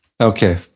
Okay